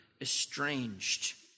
estranged